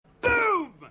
Boom